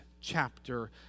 chapter